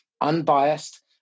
unbiased